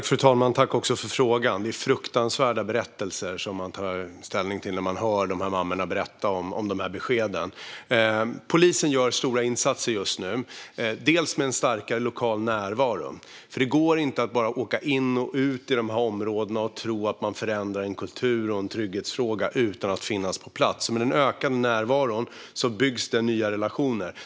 Fru talman! Tack för frågan! Det är fruktansvärda berättelser som man tar del av när man hör mammorna berätta om dessa besked. Polisen gör stora insatser just nu med en starkare lokal närvaro. Det går nämligen inte att bara åka in och ut ur de här områdena och tro att man förändrar en kultur och en trygghetsfråga utan att finnas på plats. Med den ökade närvaron byggs nya relationer.